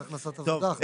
זאת הכנסה מעבודה.